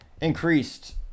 increased